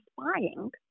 spying